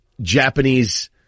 Japanese